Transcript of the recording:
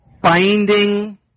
binding